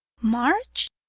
march!